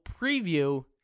preview